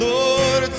Lord